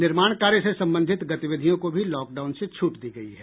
निर्माण कार्य से संबंधित गतिविधियों को भी लॉकडाउन से छूट दी गयी है